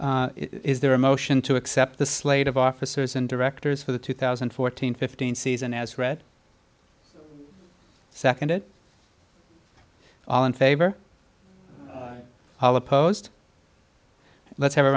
rise is there a motion to accept the slate of officers and directors for the two thousand and fourteen fifteen season as read second it all in favor of the post let's have a